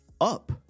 up